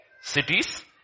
Cities